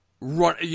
run